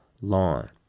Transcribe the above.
lawn